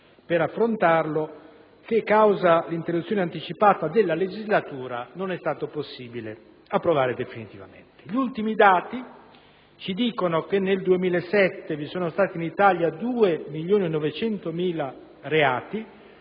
provvedimenti che, causa l'interruzione anticipata della legislatura, non è stato possibile approvare definitivamente. Gli ultimi dati dicono che nel 2007 vi sono stati in Italia 2.900.000 reati,